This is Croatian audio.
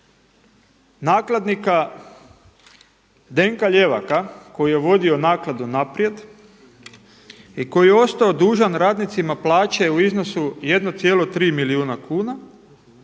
nakladnika Zdenka Ljevaka koji je vodio Nakladu „Naprijed“ i koji je ostao dužan radnicima plaće u iznosu 1,3 milijuna kuna,